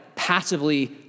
Passively